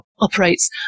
operates